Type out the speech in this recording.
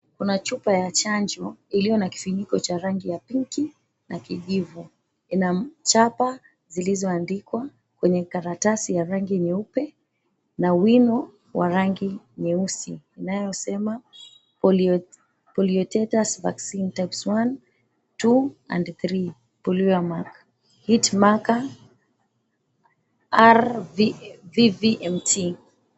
Kuna chupa ya chanjo iliyo na kifuniko cha rangi ya pink na kijivu. Ina chapa zilizoandikwa kwenye karatasi ya rangi nyeupe na wino wa rangi nyeusi inayosema, "Poliotetus Vaccine Types 1, 2 and 3 Polio Mark, Heatmaker RVVMT".